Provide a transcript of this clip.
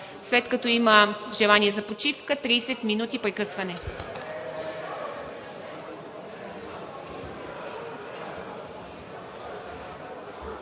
След като има желание за почивка – 30 минути, прекъсване.